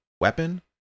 weapon